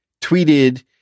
tweeted